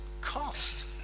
cost